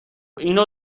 اینو